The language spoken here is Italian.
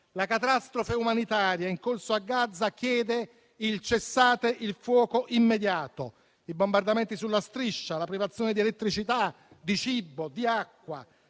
La catastrofe umanitaria in corso a Gaza chiede il cessate il fuoco immediato. I bombardamenti sulla striscia, la privazione di elettricità, di cibo, di acqua